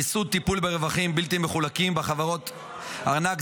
מיסוד טיפול ברווחים בלתי מחולקים בחברות ארנק,